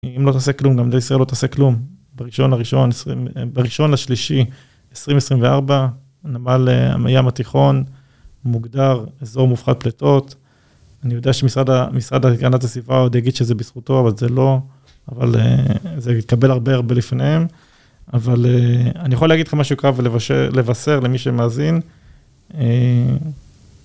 אם לא תעשה כלום, גם ישראל לא תעשה כלום. בראשון לשלישי, 2024, נמל ים התיכון, מוגדר, אזור מופחד פלטות. אני יודע שמשרד להגנת הסביבה עוד יגיד שזה בזכותו, אבל זה לא. אבל זה יתקבל הרבה הרבה לפניהם. אבל אני יכול להגיד לך משהו קרב ולבשר למי שמאזין...